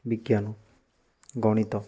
ବିଜ୍ଞାନ ଗଣିତ